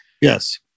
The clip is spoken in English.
Yes